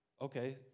Okay